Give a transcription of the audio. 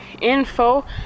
info